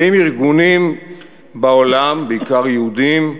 ועם ארגונים בעולם, בעיקר יהודיים,